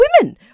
women